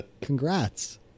Congrats